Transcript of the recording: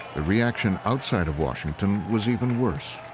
the reaction outside of washington was even worse.